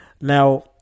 Now